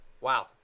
Wow